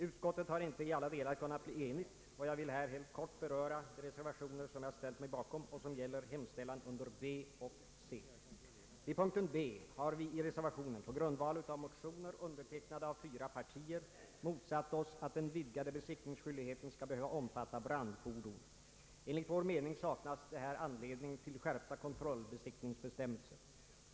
Utskottet har inte i alla delar kunnat bli enigt, och jag vill här helt kort beröra de reservationer som jag ställt mig bakom och som gäller hemställan under punkterna B och C. Vid punkten B har vi i reservationen på grundval av motioner undertecknade av fyra partier motsatt oss att den vidgade besiktningsskyldigheten skall behöva omfatta brandfordon. Enligt vår mening saknas det här anledning till skärpta kontrollbesiktningsbestämmelser.